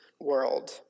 world